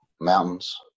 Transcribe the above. Mountains